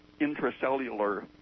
intracellular